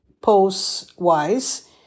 post-wise